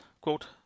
Quote